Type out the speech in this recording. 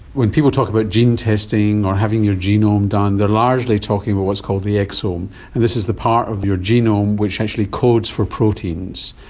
when people talk about gene testing or having your genome done, they are largely talking about what's called the exome, and this is the part of your genome which actually codes for proteins,